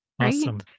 Awesome